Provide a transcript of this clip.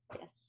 Yes